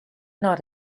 not